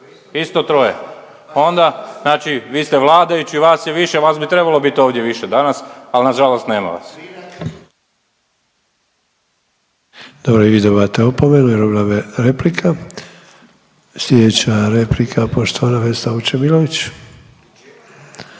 isto troje. Onda, znači vi ste vladajući vas je više, vas bi trebalo biti ovdje više danas, al nažalost nema vas. **Sanader, Ante (HDZ)** Dobro i vi dobivate opomenu jer ovo je bila replika. Slijedeća replika poštovana Vesna Vučemilović.